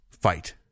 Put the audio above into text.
Fight